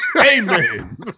amen